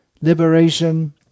liberation